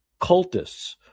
cultists